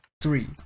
Three